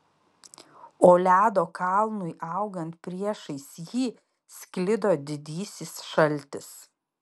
o ledo kalnui augant priešais jį sklido didysis šaltis